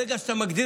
ברגע שאתה מגדיר,